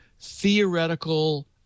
theoretical